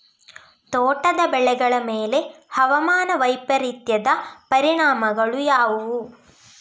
ತೋಟದ ಬೆಳೆಗಳ ಮೇಲೆ ಹವಾಮಾನ ವೈಪರೀತ್ಯದ ಪರಿಣಾಮಗಳು ಯಾವುವು?